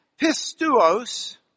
pistuos